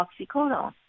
oxycodone